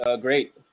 Great